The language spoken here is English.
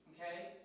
Okay